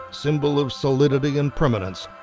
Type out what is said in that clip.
symbol of solidity and permanence,